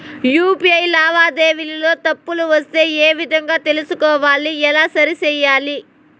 UPI లావాదేవీలలో తప్పులు వస్తే ఏ విధంగా తెలుసుకోవాలి? ఎలా సరిసేయాలి?